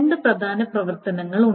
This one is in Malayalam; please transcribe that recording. രണ്ട് പ്രധാന പ്രവർത്തനങ്ങൾ ഉണ്ട്